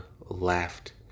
laughed